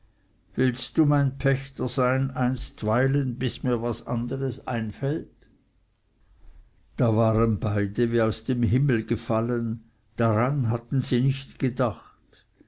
willst mein pächter sein einstweilen bis mir was anderes einfällt da waren beide wie aus dem himmel gefallen daran hatten sie nicht gedacht